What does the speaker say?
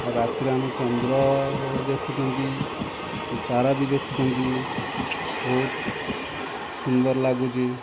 ରାତିରେ ଆମେ ଚନ୍ଦ୍ର ଦେଖୁଛନ୍ତି ତାରା ବି ଦେଖୁଛନ୍ତି ବହୁତ୍ ସୁନ୍ଦର ଲାଗୁଛି